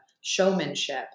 showmanship